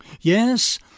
Yes